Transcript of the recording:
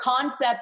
concept